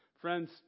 Friends